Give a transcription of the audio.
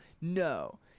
No